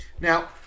Now